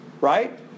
right